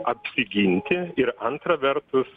apsiginti ir antra vertus